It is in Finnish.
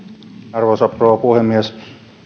arvoisa rouva puhemies